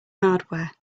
hardware